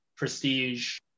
prestige